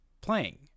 playing